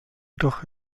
jedoch